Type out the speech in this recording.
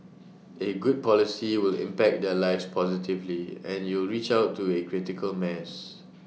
A good policy will impact their lives positively and you'll reach out to A critical mass